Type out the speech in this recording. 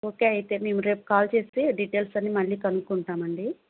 okay అయితే మేము రేపు కాల్ చేసి డీటైల్స్ అన్నీ మళ్ళీ కనుక్కుంటాం అండి